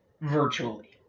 virtually